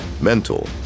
mental